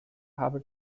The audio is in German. habe